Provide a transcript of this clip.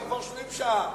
אנחנו כבר שומעים שעה.